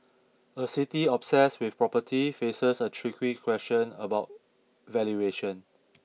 a city obsessed with property faces a tricky question about valuation